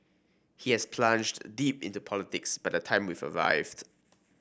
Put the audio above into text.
he had plunged deep into politics by the time we arrived